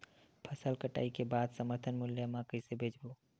फसल कटाई के बाद समर्थन मूल्य मा कइसे बेचबो?